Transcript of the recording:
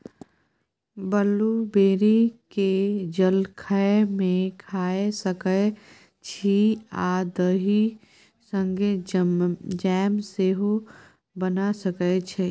blueberry केँ जलखै मे खाए सकै छी आ दही संगै जैम सेहो बना सकै छी